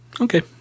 Okay